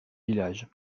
village